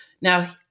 now